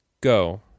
go